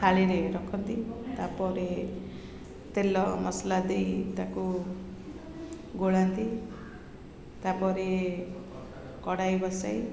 ଥାଳିରେ ରଖନ୍ତି ତା'ପରେ ତେଲ ମସଲା ଦେଇ ତା'କୁ ଗୋଳାନ୍ତି ତା'ପରେ କଡ଼ାଇ ବସାଇ